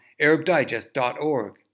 ArabDigest.org